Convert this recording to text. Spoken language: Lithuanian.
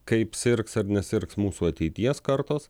kaip sirgs ar nesirgs mūsų ateities kartos